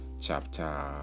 chapter